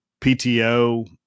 PTO